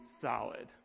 solid